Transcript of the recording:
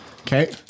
Okay